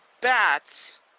bats